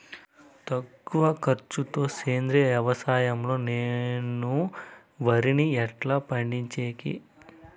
తక్కువ ఖర్చు తో సేంద్రియ వ్యవసాయం లో నేను వరిని ఎట్లా పండించేకి?